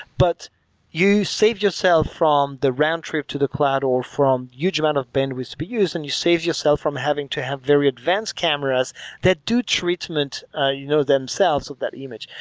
but you save yourself from the round-trip to the cloud or from huge amount of bandwidths to be used and you save yourself from having to have very advanced cameras that do treatment ah you know themselves with that image.